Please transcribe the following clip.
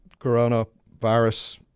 coronavirus